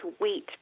wheat